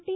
T